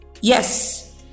Yes